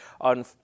on